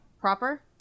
Proper